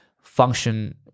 function